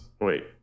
wait